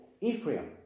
Ephraim